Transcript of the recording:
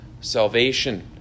salvation